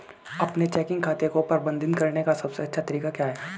अपने चेकिंग खाते को प्रबंधित करने का सबसे अच्छा तरीका क्या है?